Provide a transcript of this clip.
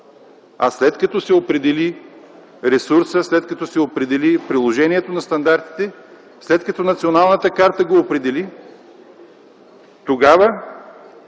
а след като се определи ресурсът, след като се определи приложението на стандартите, след като Националната карта го определи, тогава